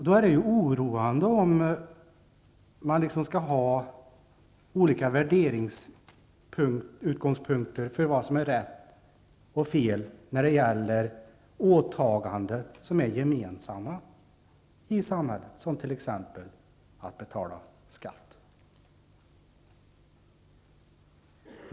Det är oroande om man skall ha olika utgångspunkter för värderingen av vad som är rätt och fel när det gäller åtaganden som är gemensamma i samhället, som t.ex. att betala skatt.